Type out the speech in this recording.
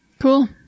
Cool